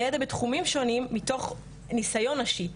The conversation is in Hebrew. ידע בתחומים שונים מתוך נסיון נשי,